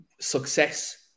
success